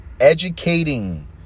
educating